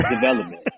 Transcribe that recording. development